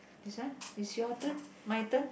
this one is your turn my turn